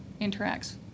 interacts